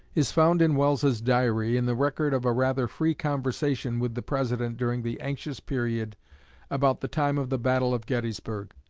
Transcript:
is found in welles's diary in the record of a rather free conversation with the president during the anxious period about the time of the battle of gettysburg.